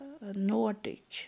Nordic